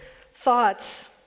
thoughts